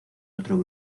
otro